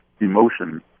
emotion